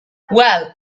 well